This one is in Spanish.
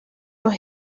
los